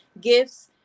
Gifts